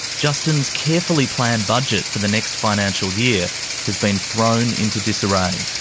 justin's carefully planned budget for the next financial year has been thrown into disarray.